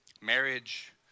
marriage